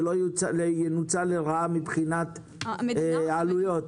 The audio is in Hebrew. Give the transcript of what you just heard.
שזה לא ינוצל לרעה מבחינת העלויות.